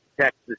Texas